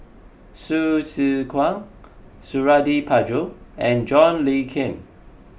Hsu Tse Kwang Suradi Parjo and John Le Cain